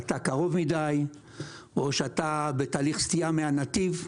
אתה קרוב מדי או שאתה בתהליך סטייה מהנתיב.